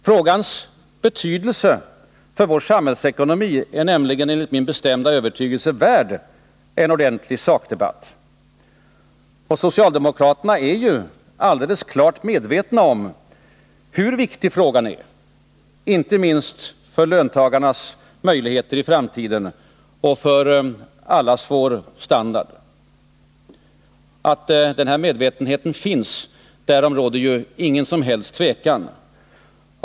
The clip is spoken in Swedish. Frågans betydelse för vår samhällsekonomi är nämligen, enligt min bestämda övertygelse, värd en ordentlig sakdebatt, och socialdemokraterna är alldeles klart medvetna om hur viktig frågan är, inte minst för löntagarnas möjligheter i framtiden och för allas vår standard. Att den medvetenheten finns, därom råder inget som helst tvivel.